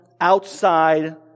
outside